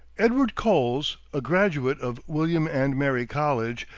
edward coles, a graduate of william and mary college,